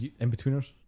Inbetweeners